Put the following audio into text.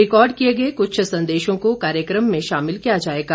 record किए गए कुछ संदेशों को कार्यक्रम में शामिल किया जाएगा